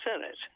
Senate